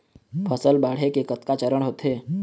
फसल बाढ़े के कतका चरण होथे?